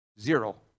zero